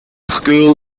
school